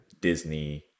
Disney